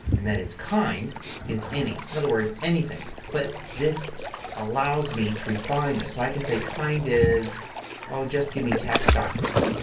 and that is kind is any. in other words anything. but this allows me to refine this. so i can say kind is just give me text documents.